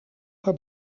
haar